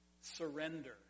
Surrender